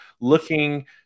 looking